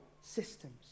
systems